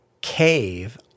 cave